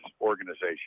organization